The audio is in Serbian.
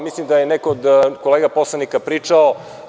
Mislim da je neko od kolega poslanika pričao.